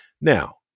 now